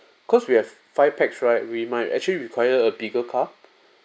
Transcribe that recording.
cause we have five pax right we might actually require a bigger car